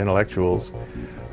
intellectuals